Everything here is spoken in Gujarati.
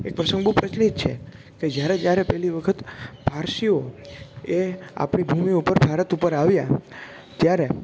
એ પ્રસંગ બહુ પ્રચલિત છે કે જ્યારે ક્યારે પહેલી વખત પારસીઓ એ આપણી ભૂમિ ઉપર ભારત ઉપર આવ્યાં ત્યારે